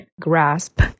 grasp